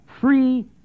free